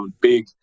big